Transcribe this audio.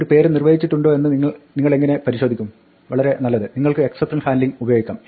ഒരു പേര് നിർവ്വചിച്ചിട്ടുണ്ടോ എന്ന് നിങ്ങളെങ്ങിനെ പരിശോധിക്കും വളരെ നല്ലത് നിങ്ങൾക്ക് എക്സപ്ഷൻ ഹാൻഡ്ലിംഗ് ഉപയോഗിക്കാം